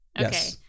Okay